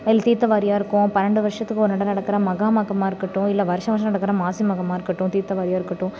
தீர்த்தவாரியாக இருக்கும் பன்னெண்டு வர்ஷத்துக்கு ஒரு நட நடக்கிற மகா மகமா இருக்கட்டும் இல்லை வர்டம் வர்டம் நடக்கிற மாசி மகமாக இருக்கட்டும் தீர்த்தவாரியாக இருக்கட்டும்